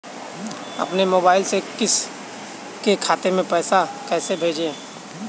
अपने मोबाइल से किसी के खाते में पैसे कैसे भेजें?